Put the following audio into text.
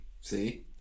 See